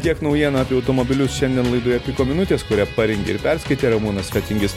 tiek naujienų apie automobilius šiandien laidoje piko minutės kurią parengė ir perskaitė ramūnas fetingis